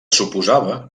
suposava